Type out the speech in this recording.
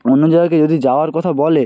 অন্য জায়গাকে যদি যাওয়ার কথা বলে